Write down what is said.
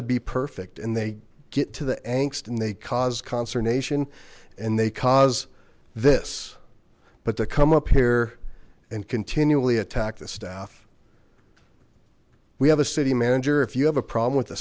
to be perfect and they get to the angst and they cause consternation and they caused this but to come up here and continually attack the staff we have a city manager if you have a problem